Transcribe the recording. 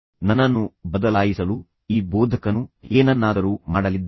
ನನ್ನನ್ನು ಬದಲಾಯಿಸಲು ಹೊರಟಿದ್ದಾರೆ ಈ ಬೋಧಕನು ನನಗೆ ಏನನ್ನಾದರೂ ಮಾಡಲಿದ್ದಾನೆ